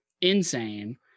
insane